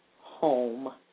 home